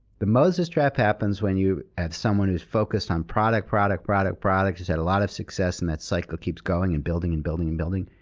the moses trap happens when you have someone who's focused on product, product, product, product, who's had a lot of success and that cycle keeps going and building and building and building,